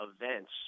events